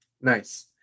Nice